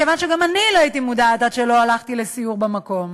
מכיוון שגם אני לא הייתי מודעת עד שלא הלכתי לסיור במקום.